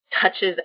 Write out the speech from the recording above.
touches